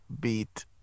beat